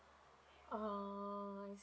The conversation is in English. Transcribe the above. ah I